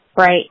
Right